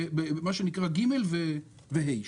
זה מה שנקרא ג' ו-ה'.